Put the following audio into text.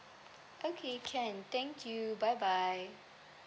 okay can thank you bye bye